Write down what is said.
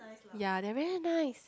ya they're very nice